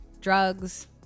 drugs